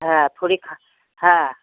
हाँ थोड़ी खा हाँ